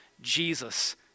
Jesus